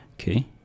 okay